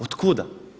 Od kuda?